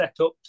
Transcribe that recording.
setups